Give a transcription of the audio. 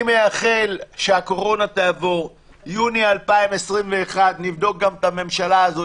אני מייחל שהקורונה תעבור ביוני 2021. נבדוק גם את הממשלה הזו,